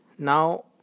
now